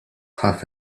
half